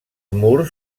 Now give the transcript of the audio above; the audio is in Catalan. murs